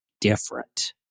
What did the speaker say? different